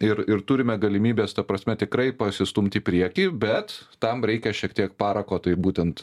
ir ir turime galimybes ta prasme tikrai pasistumt į priekį bet tam reikia šiek tiek parako tai būtent